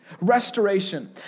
Restoration